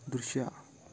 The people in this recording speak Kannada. ದೃಶ್ಯ